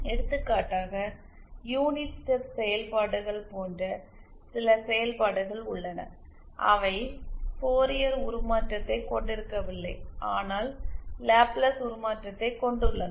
எடுத்துக்காட்டாக unit step செயல்பாடுகள் போன்ற சில செயல்பாடுகள் உள்ளன அவை ஃபோரியர் உருமாற்றத்தைக் கொண்டிருக்கவில்லை ஆனால் லாப்லேஸ் உருமாற்றத்தைக் கொண்டுள்ளன